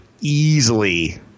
easily